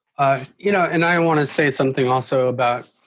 ah you know and i want to say something also about.